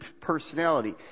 personality